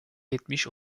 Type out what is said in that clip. yetmiş